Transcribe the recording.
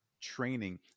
training